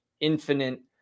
infinite